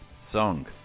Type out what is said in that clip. song